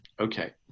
okay